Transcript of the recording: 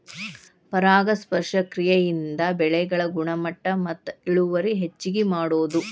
ಪರಾಗಸ್ಪರ್ಶ ಕ್ರಿಯೆಯಿಂದ ಬೆಳೆಗಳ ಗುಣಮಟ್ಟ ಮತ್ತ ಇಳುವರಿ ಹೆಚಗಿ ಮಾಡುದು